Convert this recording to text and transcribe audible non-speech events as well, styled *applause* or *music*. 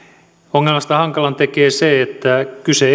ongelmasta hankalan tekee se että kyse *unintelligible*